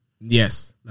yes